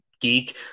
geek